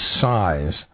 size